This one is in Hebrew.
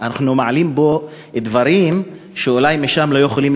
אנחנו מעלים פה דברים שאולי משם לא יכולים